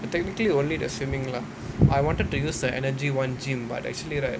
technically only the swimming lah I wanted to use the EnergyOne gym but actually right